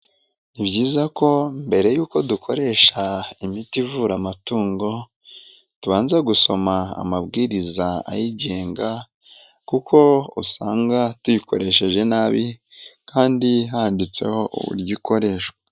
Ni byiza ko mbere y'uko dukoresha imiti ivura amatungo, tubanza gusoma amabwiriza ayigenga kuko usanga tuyikoresheje nabi kandi handitseho uburyo ikoreshwa.